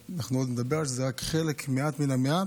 ואנחנו עוד נדבר על זה, וזה רק חלק, מעט מן המעט